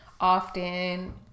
often